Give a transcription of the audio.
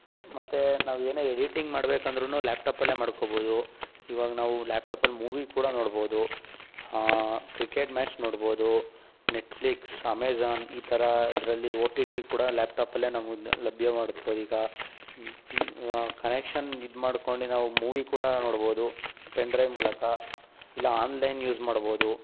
ಮತ್ತು ನಾವು ಏನೇ ಎಡಿಟಿಂಗ್ ಮಾಡ್ಬೇಕಂದ್ರೂ ಲ್ಯಾಪ್ಟಾಪಲ್ಲೇ ಮಾಡ್ಕೋಬೌದು ಇವಾಗ ನಾವು ಲ್ಯಾಪ್ಟಾಪಲ್ಲಿ ಮೂವಿ ಕೂಡ ನೋಡ್ಬೌದು ಕ್ರಿಕೆಟ್ ಮ್ಯಾಚ್ ನೋಡ್ಬೌದು ನೆಟ್ಫ್ಲಿಕ್ಸ್ ಅಮೆಜಾನ್ ಈ ಥರದ್ದರಲ್ಲಿ ಓ ಟಿ ಟಿ ಕೂಡ ಲ್ಯಾಪ್ಟಾಪಲ್ಲೇ ನಾವು ಲಭ್ಯ ಮಾಡ್ಬೌದು ಈಗ ಟಿ ಕನೆಕ್ಷನ್ ಇದು ಮಾಡ್ಕೊಂಡು ನಾವು ಮೂವಿ ಕೂಡ ನೋಡ್ಬೌದು ಪೆನ್ಡ್ರೈವ್ ಮೂಲಕ ಇಲ್ಲ ಆನ್ಲೈನ್ ಯೂಸ್ ಮಾಡ್ಬೌದು